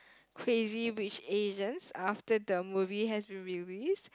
Crazy-Rich-Asians after the movies has been release